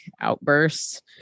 outbursts